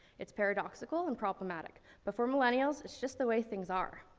it's paradoxical and problematic, but for millennials, it's just the way things are.